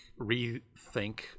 rethink